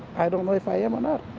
i don't know if i am are not.